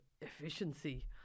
efficiency